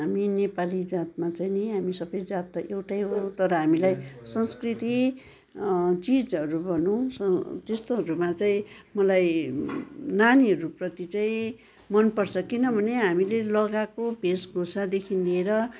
हामी नेपाली जातमा चाहिँ नि हामी सबै जात त एउटै हो तर हामीलाई संस्कृति चिजहरू भनौँ त्यस्तोहरूमा चाहिँ मलाई नानीहरूप्रति चाहिँ मनपर्छ किनभने हामीले लगाएको भेषभूषादेखि लिएर